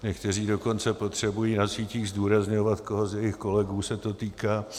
Někteří dokonce potřebují na sítích zdůrazňovat, koho z jejich kolegů se to týká.